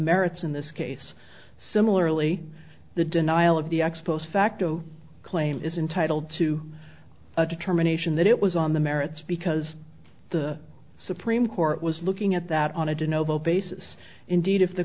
merits in this case similarly the denial of the ex post facto claim is entitled to a determination that it was on the merits because the supreme court was looking at that on a dyno basis indeed if the